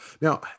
Now